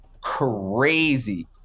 crazy